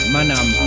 Manam